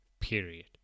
period